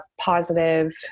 positive